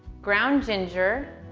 ground ginger,